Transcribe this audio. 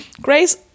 Grace